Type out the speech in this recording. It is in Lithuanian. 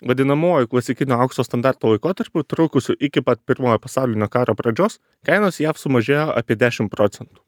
vadinamuoju klasikinio aukso standarto laikotarpiu trukusiu iki pat pirmojo pasaulinio karo pradžios kainos jav sumažėjo apie dešim procentų